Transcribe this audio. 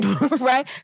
right